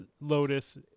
Lotus